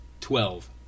Twelve